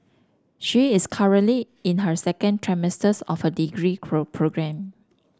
she is currently in her second of degree program